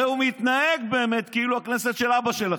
הרי הוא מתנהג באמת כאילו הכנסת של אבא שלכם.